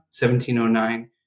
1709